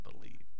believed